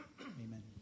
Amen